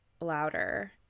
Louder